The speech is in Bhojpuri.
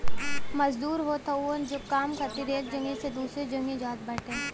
मजदूर होत हवन जे काम खातिर एक जगही से दूसरा जगही जात बाटे